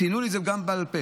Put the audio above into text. ציינו לי את זה גם בעל פה,